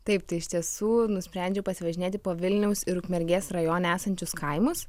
taip tai iš tiesų nusprendžiau pasivažinėti po vilniaus ir ukmergės rajone esančius kaimus